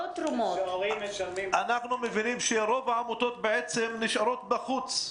אנחנו מבינים שרוב העמותות נשארות בחוץ.